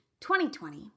2020